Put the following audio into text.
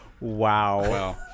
Wow